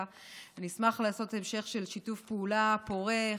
אני אשמח להמשיך בשיתוף הפעולה הפורה,